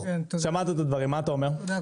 תודה,